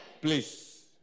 Please